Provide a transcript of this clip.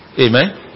Amen